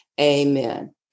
amen